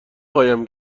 قایم